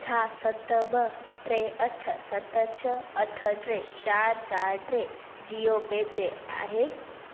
छा सत ॿ टे अठ सत छह अठ टे चारि चारि टे जीओ पे ते आहे